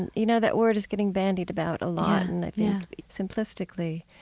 and you know, that word is getting bandied about a lot and i think simplistically.